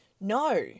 No